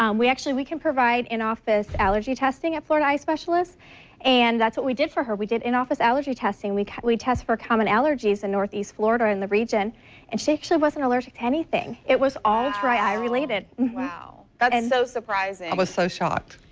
um we actually we can provide in-office allergy testing at florida eye specialists and that's what we did for her we did in-office allergy testing and we test for common allergies in ne florida or in the region and she actually wasn't allergic to anything. it was all dry eye related. wow, that's but and so surprising. i was so shocked.